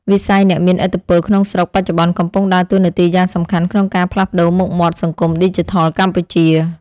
វិស័យអ្នកមានឥទ្ធិពលក្នុងស្រុកបច្ចុប្បន្នកំពុងដើរតួនាទីយ៉ាងសំខាន់ក្នុងការផ្លាស់ប្តូរមុខមាត់សង្គមឌីជីថលកម្ពុជា។